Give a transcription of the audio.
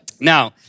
Now